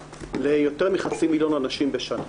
ליותר מחצי מיליון אנשים בשנה.